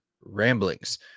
ramblings